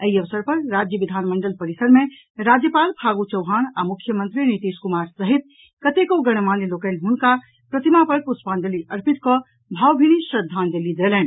एहि अवसर पर राज्य विधानमंडल परिसर मे राज्यपाल फागू चौहान आ मुख्यमंत्री नीतीश कुमार सहित कतेको गणमान्य लोकनि हुनक प्रतिमा पर प्रष्पांजलि अर्पित कऽ भावभीनी श्रद्धांजलि देलनि